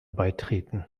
beitreten